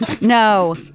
no